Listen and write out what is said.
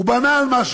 הוא כנראה בנה על משהו.